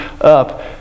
up